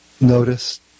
noticed